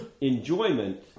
enjoyment